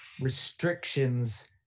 restrictions